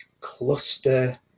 cluster